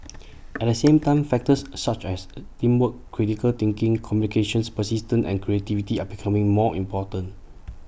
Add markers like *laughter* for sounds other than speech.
*noise* at the same time factors such as A teamwork critical thinking communication persistence and creativity are becoming more important